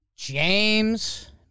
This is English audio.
James